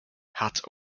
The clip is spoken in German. hat